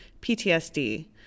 PTSD